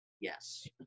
Yes